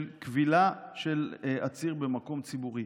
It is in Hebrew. של כבילה של עציר במקום ציבורי.